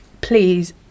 please